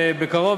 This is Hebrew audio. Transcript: בקרוב,